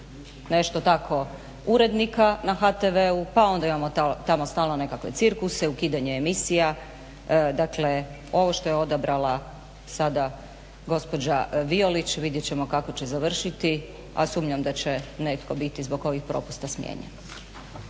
nešto tako urednika na HTV-u pa onda imamo stalno neke tamo cirkuse, ukidanje emisija. Dakle ovo što je odabrala sada gospođa Violić vidjet ćemo kako će završiti, a sumnjam da će netko biti zbog ovih propusta smijenjen.